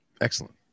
Excellent